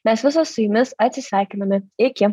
mes visos su jumis atsisveikiname iki